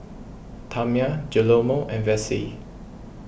Tamia Guillermo and Vessie